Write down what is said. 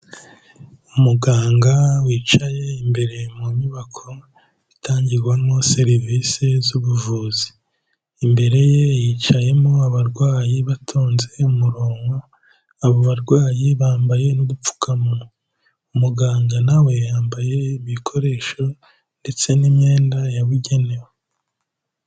Umuganga wicaye imbere mu nyubako itangirwamo serivisi z'ubuvuzi, imbere ye hicayemo abarwayi batonze umuronngo abo barwayi bambaye n'udupfukamanwa, umuganga na we yambaye ibikoresho ndetse n'imyenda yabugenewe.